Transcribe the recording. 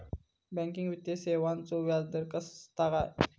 Banking वित्तीय सेवाचो व्याजदर असता काय?